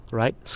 right